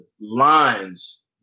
lines